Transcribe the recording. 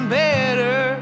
better